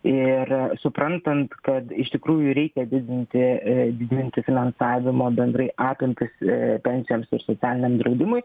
ir suprantant kad iš tikrųjų reikia didinti ir didinti finansavimą bendrai apimtis pensijoms ir socialiniam draudimui